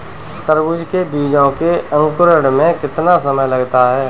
तरबूज के बीजों के अंकुरण में कितना समय लगता है?